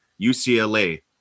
UCLA